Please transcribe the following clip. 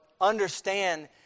understand